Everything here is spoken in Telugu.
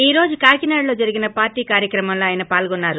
ఈ రోజు కాకినాడలో జరిగిన పార్టీ కార్యక్రమంలో ఆయన పాల్గొన్నారు